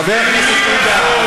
חבר הכנסת עודה,